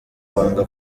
wanga